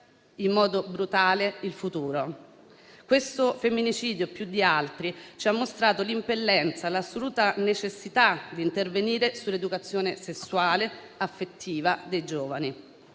in modo brutale il futuro. Questo femminicidio, più di altri, ci ha mostrato l'impellenza e l'assoluta necessità di intervenire sull'educazione sessuale e affettiva dei giovani.